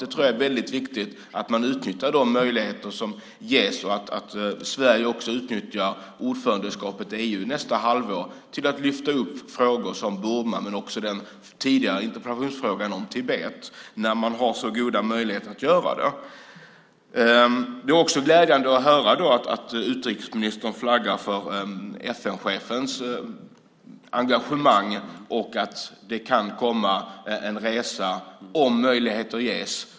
Jag tror att det är väldigt viktigt att man utnyttjar de möjligheter som ges och att Sverige utnyttjar ordförandeskapet i EU under nästa halvår till att lyfta fram frågor som Burma men också den fråga som togs upp i förra interpellationsdebatten, Tibet, när man har så goda möjligheter att göra det. Det är glädjande att höra att utrikesministern flaggar för FN-chefens engagemang och att det kan bli en resa om möjligheten ges.